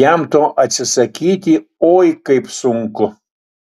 jam to atsisakyti oi kaip sunku